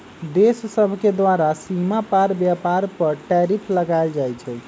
देश सभके द्वारा सीमा पार व्यापार पर टैरिफ लगायल जाइ छइ